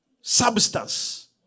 substance